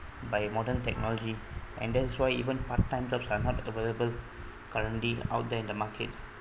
by modern technology and that's why even part time jobs are not available currently out there in the market